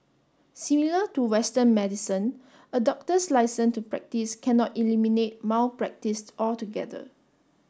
similar to western medicine a doctor's licence to practise cannot eliminate malpractice altogether